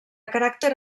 caràcter